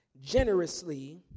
generously